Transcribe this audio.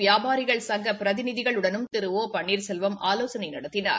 வியாபாரிகள் சங்க பிரதிநிதிகளுடனும் திரு ஒ பள்ளீர்செல்வம் ஆலோசனை நடத்தினார்